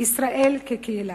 ישראל כקהילה?